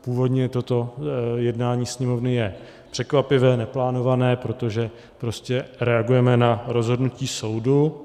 Původně toto jednání Sněmovny je překvapivé, neplánované, protože prostě reagujeme na rozhodnutí soudu.